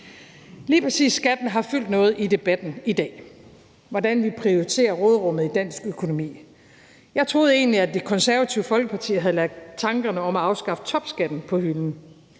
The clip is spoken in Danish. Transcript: Lige præcis skatten har fyldt noget i debatten i dag, altså hvordan vi prioriterer råderummet i dansk økonomi. Jeg troede egentlig, at Det Konservative Folkeparti havde lagt tankerne om at afskaffe topskatten på hylden,